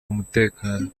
umutekano